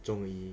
中医